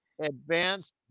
advanced